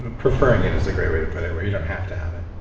ah preferring it is a great way to put it where you don't have to have it